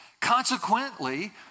Consequently